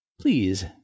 Please